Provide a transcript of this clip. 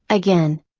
again.